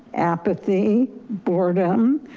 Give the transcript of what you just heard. apathy, boredom,